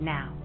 Now